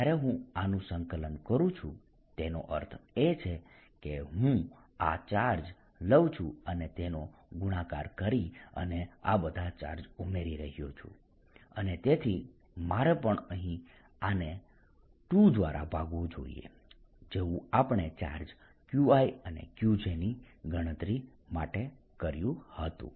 જ્યારે હું આનું સંકલન કરું છું તેનો અર્થ એ છે કે હું આ ચાર્જ લઉ છું અને તેનો ગુણાકાર કરી અને આ બધા ચાર્જ ઉમેરી રહ્યો છું અને તેથી મારે પણ અહીં આને 2 દ્વારા ભાગવું જોઈએ જેવું આપણે ચાર્જ Qi અને Qj ની ગણતરી માટે કર્યું હતું